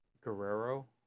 Guerrero